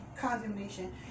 condemnation